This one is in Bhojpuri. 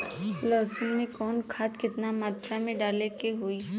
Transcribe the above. लहसुन में कवन खाद केतना मात्रा में डाले के होई?